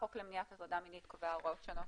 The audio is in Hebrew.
החוק למניעת הטרדה מינית קובע הוראות שונות